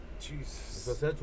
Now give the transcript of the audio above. Jesus